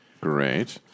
Great